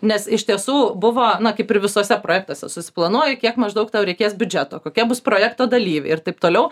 nes iš tiesų buvo na kaip ir visuose projektuose susiplanuoji kiek maždaug tau reikės biudžeto kokie bus projekto dalyviai ir taip toliau